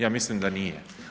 Ja mislim da nije.